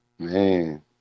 Man